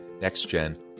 next-gen